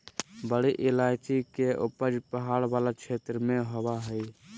बड़ी इलायची के उपज पहाड़ वाला क्षेत्र में होबा हइ